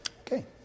okay